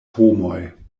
homoj